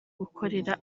gukorera